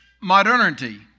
modernity